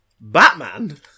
Batman